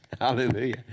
hallelujah